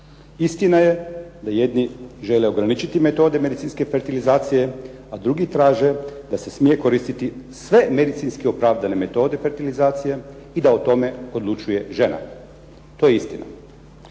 Istina je da jedni žele ograničiti metode medicinske fertilizacije, a drugi traže da se smije koristiti sve medicinske opravdane metode fertilizacije i da o tome odlučuje žena. To je istina.